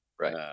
right